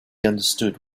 understood